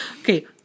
Okay